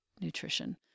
nutrition